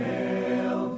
Hail